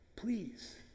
please